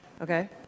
Okay